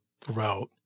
throughout